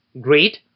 great